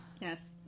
yes